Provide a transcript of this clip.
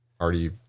already